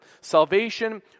Salvation